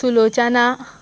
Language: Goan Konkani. सुलोचना